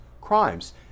crimes